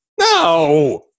no